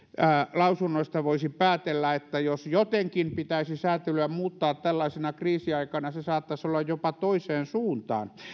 lausunnoista voisi päätellä että jos jotenkin pitäisi sääntelyä muuttaa tällaisena kriisiaikana se saattaisi olla jopa toiseen suuntaan